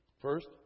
First